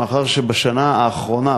מאחר שבשנה האחרונה,